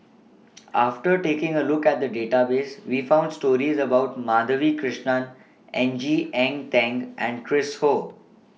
after taking A Look At The Database We found stories about Madhavi Krishnan N G Eng Teng and Chris Ho